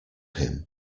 him